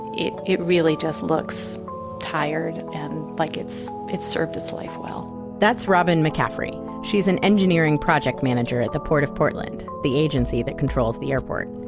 it it really just looks tired and like it's served its life well that's robin mccaffrey. she's an engineering project manager at the port of portland, the agency that controls the airport.